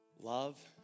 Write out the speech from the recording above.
love